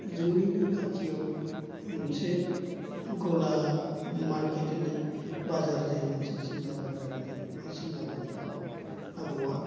जोंनिनो खाथियाव मोनसे गला मार्केट होननाय बाजार जायो मोनसे सिमला बाजार होनो बे सिमला बाजाराव आबौआ